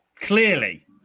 Clearly